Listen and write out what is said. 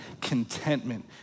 contentment